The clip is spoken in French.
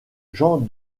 jean